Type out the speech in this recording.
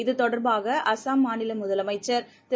இதுதொடர்பாகஅசாம் மாநிலமுதலமைச்சர் திரு